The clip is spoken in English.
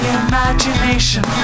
imagination